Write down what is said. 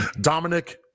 Dominic